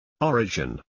origin